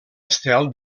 estel